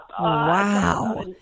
Wow